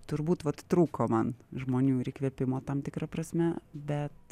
turbūt vat trūko man žmonių ir įkvėpimo tam tikra prasme bet